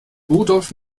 rudolf